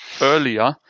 earlier